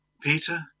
Peter